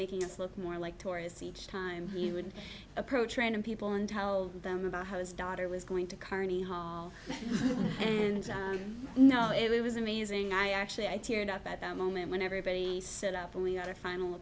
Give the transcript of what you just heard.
making us look more like tourists each time he would approach random people and tell them about how his daughter was going to carnegie hall and no it was amazing i actually i teared up at that moment when everybody said up the only other final a